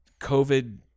COVID